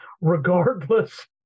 regardless